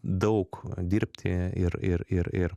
daug dirbti ir ir ir ir